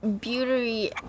Beauty